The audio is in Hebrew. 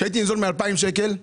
שהייתי ניזון מ-2,000 שקלים.